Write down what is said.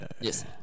Yes